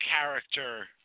character